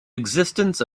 existence